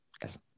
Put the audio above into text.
yes